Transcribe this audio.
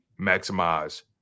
maximize